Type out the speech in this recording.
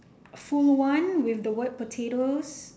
full one with the word potatoes